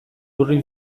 lurrin